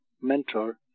mentor